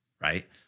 right